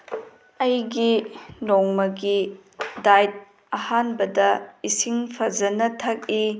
ꯑꯩꯒꯤ ꯅꯣꯡꯃꯒꯤ ꯗꯥꯏꯠ ꯑꯍꯥꯟꯕꯗ ꯏꯁꯤꯡ ꯐꯖꯅ ꯊꯛꯏ